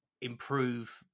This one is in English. improve